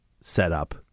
setup